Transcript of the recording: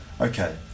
Okay